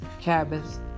cabin's